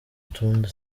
tundi